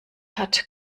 hat